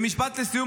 ומשפט לסיום.